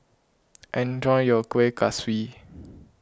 enjoy your Kuih Kaswi